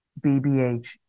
BBH